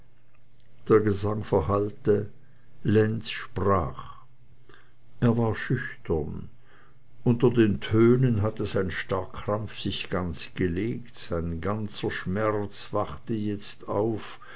der gesang verhallte lenz sprach er war schüchtern unter den tönen hatte sein starrkrampf sich ganz gelegt sein ganzer schmerz wachte jetzt auf